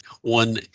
one